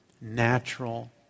natural